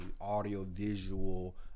audio-visual